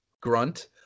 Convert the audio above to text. grunt